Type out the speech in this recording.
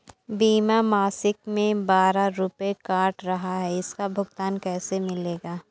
बीमा मासिक में बारह रुपय काट रहा है इसका भुगतान कैसे मिलेगा?